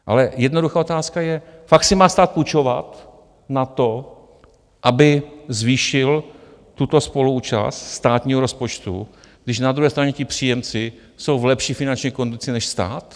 Ale jednoduchá otázka je, fakt si má stát půjčovat na to, aby zvýšil tuto spoluúčast státního rozpočtu, když na druhé straně ti příjemci jsou v lepší finanční kondici než stát?